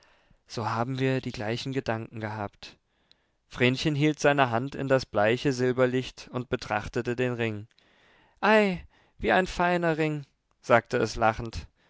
so haben wir die gleichen gedanken gehabt vrenchen hielt seine hand in das bleiche silberlicht und betrachtete den ring ei wie ein feiner ring sagte es lachend